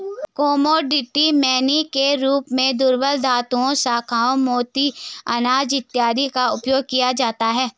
commodity money के रूप में दुर्लभ धातुओं शंख मोती अनाज इत्यादि का उपयोग किया जाता है